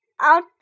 out